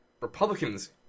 Republicans